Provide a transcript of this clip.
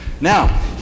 Now